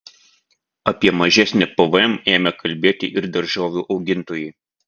apie mažesnį pvm ėmė kalbėti ir daržovių augintojai